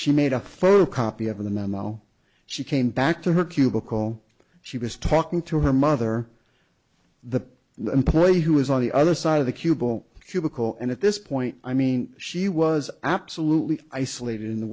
she made a photocopy of a memo she came back to her cubicle she was talking to her mother the employee who was on the other side of the cue ball cubicle and at this point i mean she was absolutely isolated in the